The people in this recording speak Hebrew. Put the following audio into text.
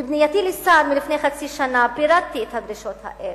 בפנייתי לשר לפני חצי שנה פירטתי את הדרישות האלה,